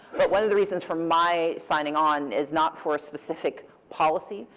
but one of the reasons for my signing on is not for a specific policy,